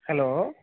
hello